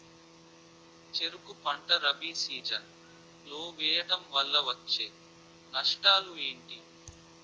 చెరుకు పంట రబీ సీజన్ లో వేయటం వల్ల వచ్చే నష్టాలు ఏంటి?